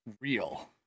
real